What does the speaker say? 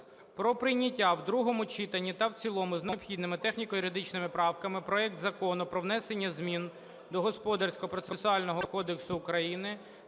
про прийняття в другому читанні та в цілому з необхідними техніко-юридичними правками проект Закону про внесення змін до Господарського процесуального кодексу України,